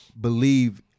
believe